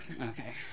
okay